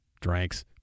drinks